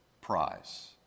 prize